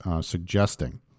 suggesting